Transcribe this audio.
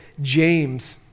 James